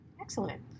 Excellent